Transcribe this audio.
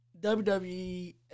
WWE